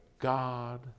God